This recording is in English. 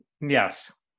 yes